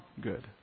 good